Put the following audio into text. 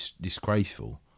disgraceful